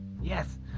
Yes